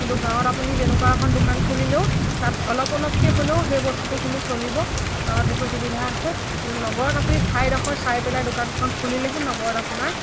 কিন্তু গাঁৱত আপুনি যেনেকুৱা এখন দোকান খুলিলেও তাত অলপ অলপকৈ হ'লেও সেই বস্তুটো কিন্তু চলিব গাঁৱত সেইটো সুবিধা আছে কিন্তু নগৰত আপুনি ঠাইডোখৰ চাই পেলাই দোকানখন খুলিলেহে নগৰত আপোনাৰ